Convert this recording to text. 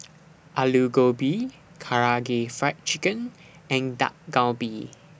Alu Gobi Karaage Fried Chicken and Dak Galbi